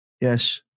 yes